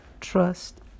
trust